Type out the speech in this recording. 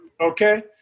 Okay